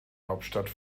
hauptstadt